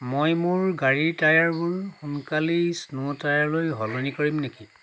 মই মোৰ গাড়ীৰ টায়াৰবোৰ সোনকালেই স্ন' টায়াৰলৈ সলনি কৰিম নেকি